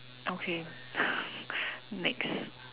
okay next